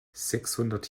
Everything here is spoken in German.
sechshundert